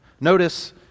Notice